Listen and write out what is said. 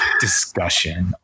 discussion